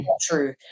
true